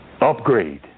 Upgrade